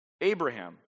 Abraham